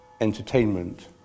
entertainment